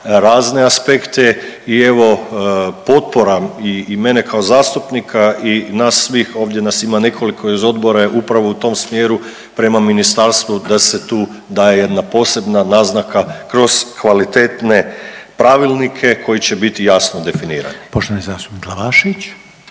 razne aspekte i evo potpora i mene kao zastupnika i nas svih ovdje nas ima nekoliko iz odbora je upravo u tom smjeru prema ministarstvu da se tu daje jedna posebna naznaka kroz kvalitetne pravilnike koji će biti jasno definirani. **Reiner,